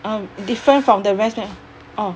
um different from the rest meh orh